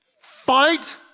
fight